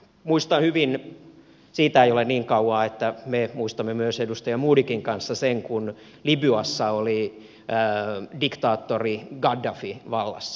muistan hyvin siitä ei ole niin kauaa että me muistamme myös edustaja modigin kanssa sen kun libyassa oli diktaattori gaddafi vallassa